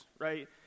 right